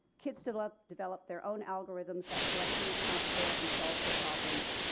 kids develop develop their own algorithms that correctly account for and solve the problems.